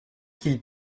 qu’il